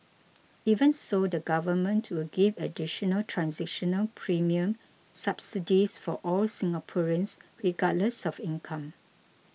even so the Government will give additional transitional premium subsidies for all Singaporeans regardless of income